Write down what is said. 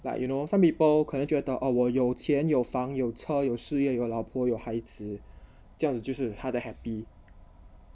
like you know some people 可能觉得 orh 我有钱有房有车有事业有老婆有孩子这样子就是他的 happy